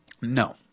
No